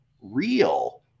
real